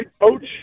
coach